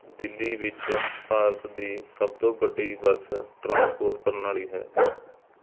ਦਿੱਲੀ ਵਿੱਚ ਭਾਰਤ ਦੀ ਸਭ ਤੋਂ ਵੱਡੀ ਬੱਸ ਟਰਾਂਸਪੋਰਟ ਪ੍ਰਣਾਲੀ ਹੈ